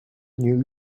new